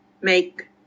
make